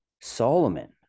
Solomon